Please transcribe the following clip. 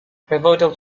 pivotal